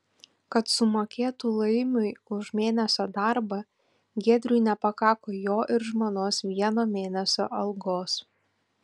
kad sumokėtų laimiui už mėnesio darbą giedriui nepakako jo ir žmonos vieno mėnesio algos